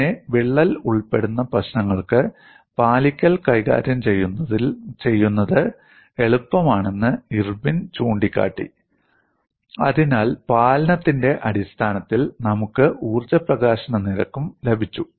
പിന്നെ വിള്ളൽ ഉൾപ്പെടുന്ന പ്രശ്നങ്ങൾക്ക് പാലിക്കൽ കൈകാര്യം ചെയ്യുന്നത് എളുപ്പമാണെന്ന് ഇർവിൻ ചൂണ്ടിക്കാട്ടി അതിനാൽ പാലനത്തിന്റെ അടിസ്ഥാനത്തിൽ നമുക്ക് ഊർജ്ജ പ്രകാശന നിരക്കും ലഭിച്ചു